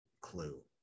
clue